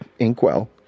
inkwell